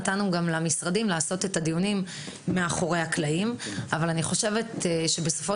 נתנו למשרדים לעשות את הדיונים מאחורי הקלעים אבל אני חושבת שבסופו